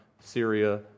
Syria